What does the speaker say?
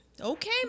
Okay